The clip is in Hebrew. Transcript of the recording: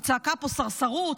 היא צעקה פה: סרסרות,